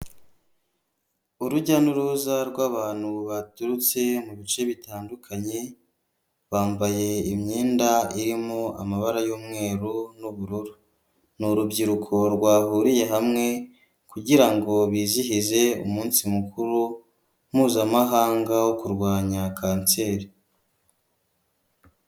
Urujya n'uruza rw'abantu baturutse mu bice bitandukanye, bambaye imyenda irimo amabara y'umweru n'ubururu. Ni urubyiruko rwahuriye hamwe kugirango bizihize umunsi mukuru mpuzamahanga wo kurwanya kanseri.